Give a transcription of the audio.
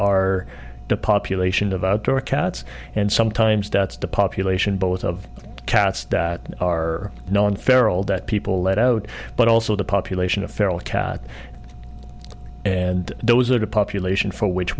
are the population of outdoor cats and sometimes deaths to population both of cats that are known feral that people let out but also the population of feral cat and those are the population for which